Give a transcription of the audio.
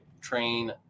train